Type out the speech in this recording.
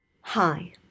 Hi